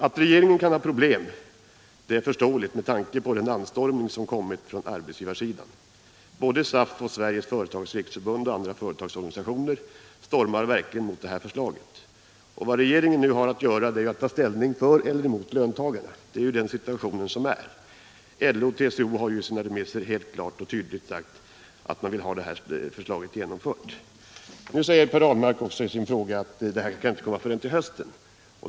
Alt regeringen kan ha problem är förståeligt, med tanke på den anstormning som kommit från arbetsgivarsidan. Både SAF. Sveriges företagares riksförbund och andra företagsorganisationer stormar verkligen mot det här förslaget. Och vad regeringen nu har att göra är att ta ställning för eller cmot löntagarna. Det är den situation som råder. LO och TCO har ju i sina remisser helt klart och entydigt sagt att man vill ha förslaget genomfört. Per Ahlmark säger också i sitt svar att ett regeringsförslag inte kan läggas fram förrän till hösten.